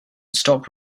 stop